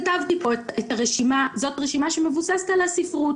יש רשימה שמבוססת על הספרות.